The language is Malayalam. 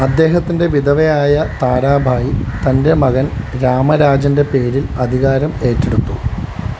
അദ്ദേഹത്തിന്റെ വിധവയായ താരാഭായ് തന്റെ മകൻ രാമരാജന്റെ പേരിൽ അധികാരം ഏറ്റെടുത്തു